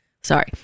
Sorry